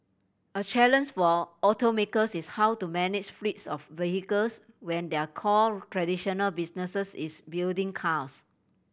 a for automakers is how to manage fleets of vehicles when their core traditional businesses is building cars